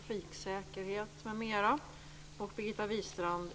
Fru talman!